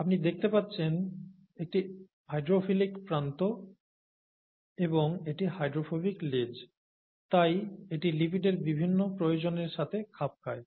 আপনি দেখতে পাচ্ছেন এটি হাইড্রোফিলিক প্রান্ত এবং এটি হাইড্রোফোবিক লেজ তাই এটি লিপিডের বিভিন্ন প্রয়োজনের সাথে খাপ খায়